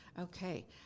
Okay